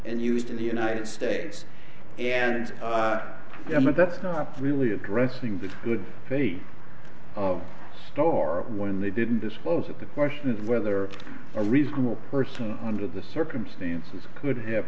and used in the united states and that's not really addressing the good faith story when they didn't disclose it the question is whether a reasonable person under the circumstances could have